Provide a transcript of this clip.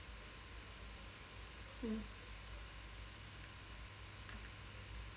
mm